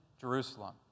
Jerusalem